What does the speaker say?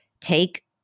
take